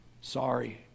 sorry